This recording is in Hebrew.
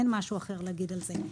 אין משהו אחר להגיד על זה.